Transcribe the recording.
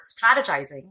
strategizing